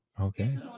Okay